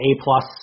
A-plus